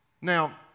Now